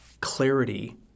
clarity